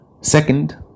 Second